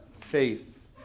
Faith